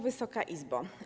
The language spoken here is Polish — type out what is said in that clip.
Wysoka Izbo!